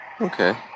Okay